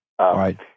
right